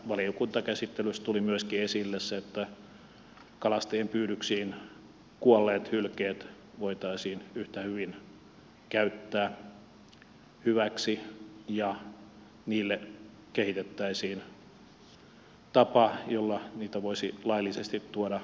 valiokuntakäsittelyssä tuli myöskin se esille että kalastajien pyydyksiin kuolleet hylkeet voitaisiin yhtä hyvin käyttää hyväksi ja kehitettäisiin tapa jolla niitä voisi laillisesti tuoda markkinoille